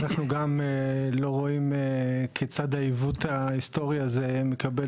אנחנו גם לא רואים כיצד העיוות ההיסטורי הזה מקבל